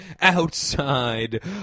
outside